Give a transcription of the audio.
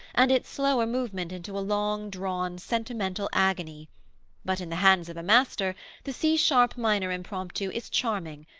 and its slower movement into a long drawn sentimental agony but in the hands of a master the c sharp minor impromptu is charming,